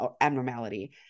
abnormality